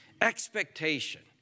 expectation